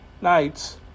nights